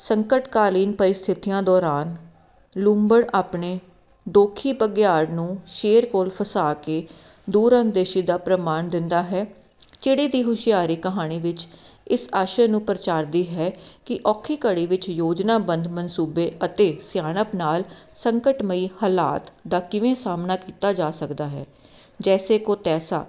ਸੰਕਟਕਾਲੀਨ ਪਰਿਸਥਿਤੀਆਂ ਦੌਰਾਨ ਲੂੰਬੜ ਆਪਣੇ ਦੋਖੀ ਬਗਿਆੜ ਨੂੰ ਸ਼ੇਰ ਕੋਲ ਫਸਾ ਕੇ ਦੂਰ ਅੰਦੇਸ਼ੀ ਦਾ ਪ੍ਰਮਾਣ ਦਿੰਦਾ ਹੈ ਚਿੜੀ ਦੀ ਹੁਸ਼ਿਆਰੀ ਕਹਾਣੀ ਵਿੱਚ ਇਸ ਆਸ਼ਏ ਨੂੰ ਪ੍ਰਚਾਰਦੀ ਹੈ ਕਿ ਔਖੀ ਘੜੀ ਵਿੱਚ ਯੋਜਨਾ ਬੰਧ ਮਨਸੂਬੇ ਅਤੇ ਸਿਆਣਪ ਨਾਲ ਸੰਕਟਮਈ ਹਾਲਾਤ ਦਾ ਕਿਵੇਂ ਸਾਹਮਣਾ ਕੀਤਾ ਜਾ ਸਕਦਾ ਹੈ ਜੈਸੇ ਕੋ ਤੈਸਾ